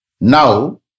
Now